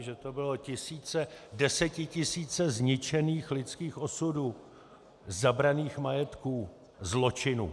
Že to byly desetitisíce zničených lidských osudů, zabraných majetků, zločinů.